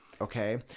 Okay